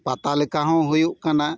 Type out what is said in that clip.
ᱯᱟᱛᱟ ᱞᱮᱠᱟ ᱦᱚᱸ ᱦᱩᱭᱩᱜ ᱠᱟᱱᱟ